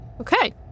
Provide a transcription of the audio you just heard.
Okay